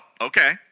okay